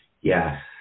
Yes